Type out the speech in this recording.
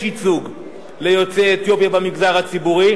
ייצוג ליוצאי אתיופיה במגזר הציבורי,